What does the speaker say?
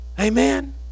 Amen